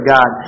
God